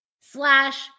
slash